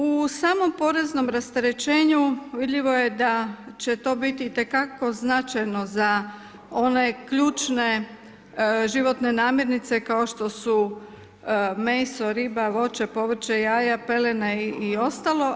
U samom poreznom rasterećenju vidljivo je da će to biti itekako značajno za one ključne životne namirnice kao što su meso, riba, voće, povrće, jaja, pelene i ostalo.